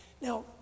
Now